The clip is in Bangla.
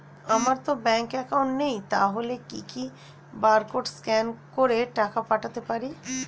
আমারতো ব্যাংক অ্যাকাউন্ট নেই তাহলে কি কি বারকোড স্ক্যান করে টাকা পাঠাতে পারি?